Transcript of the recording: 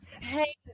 hey